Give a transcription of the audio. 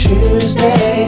Tuesday